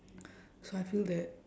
so I feel that